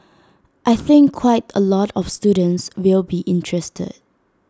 I think quite A lot of students will be interested